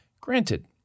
Granted